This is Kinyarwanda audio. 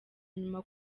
nyuma